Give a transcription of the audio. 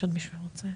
יש עוד מישהו שרוצה?